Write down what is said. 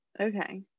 okay